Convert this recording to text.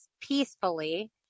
peacefully